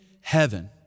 heaven